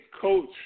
coach